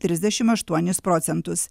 trisdešim aštuonis procentus